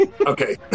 Okay